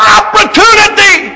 opportunity